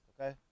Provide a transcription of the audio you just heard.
okay